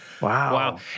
Wow